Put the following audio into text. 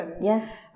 Yes